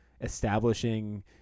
establishing